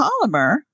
polymer